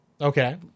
okay